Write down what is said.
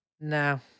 No